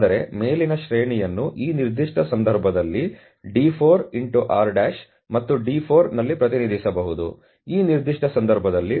ಆದರೆ ಮೇಲಿನ ಶ್ರೇಣಿಯನ್ನು ಈ ನಿರ್ದಿಷ್ಟ ಸಂದರ್ಭದಲ್ಲಿ D4 R' ಮತ್ತು D4 ನಲ್ಲಿ ಪ್ರತಿನಿಧಿಸಬಹುದು ಈ ನಿರ್ದಿಷ್ಟ ಸಂದರ್ಭದಲ್ಲಿ ಸುಮಾರು 2